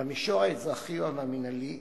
במישור האזרחי והמינהלי,